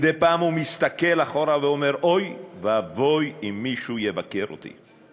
מדי פעם הוא מסתכל אחורה ואומר: אוי ואבוי אם מישהו יבקר אותי.